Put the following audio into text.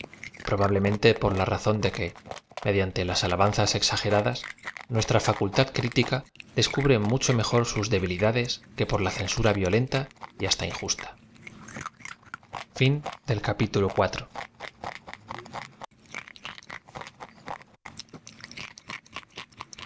mente por la razón de que mediante las alabanzas exageradas nuestra facultad critica deacubre mucho m ejor sus debilidades que por la censara violen ta y haata injusta